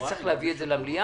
אני צריך להביא את זה למליאה,